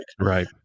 Right